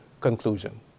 conclusion